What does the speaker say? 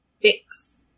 fix